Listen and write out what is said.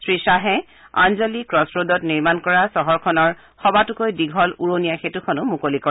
শ্ৰীশ্বাহে অঞ্জলি ক্ৰছৰডত নিৰ্মাণ কৰা চহৰখনৰ সবাতোকৈ দীঘল উৰণীয়া সেঁতুখনো মুকলি কৰে